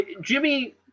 Jimmy